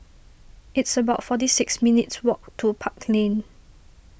it's about forty six minutes' walk to Park Lane